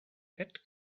add